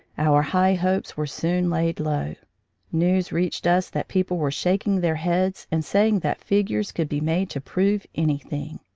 our high hopes were soon laid low news reached us that people were shaking their heads and saying that figures could be made to prove anything.